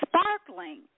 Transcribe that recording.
sparkling